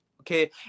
Okay